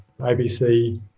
ABC